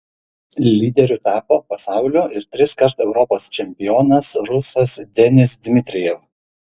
lyderiu tapo pasaulio ir triskart europos čempionas rusas denis dmitrijev